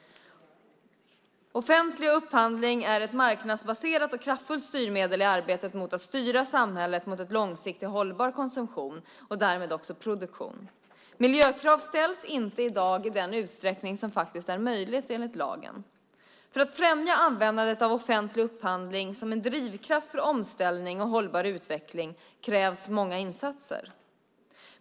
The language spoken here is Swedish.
Offentlig upphandling är ett marknadsbaserat och kraftfullt styrmedel i arbetet med att styra samhället mot en långsiktig och hållbar konsumtion och därmed också produktion. Miljökrav ställs i dag inte i den utsträckning som faktiskt är möjlig enligt lagen. För att främja användandet av offentlig upphandling som en drivkraft för omställning och hållbar utveckling krävs många insatser.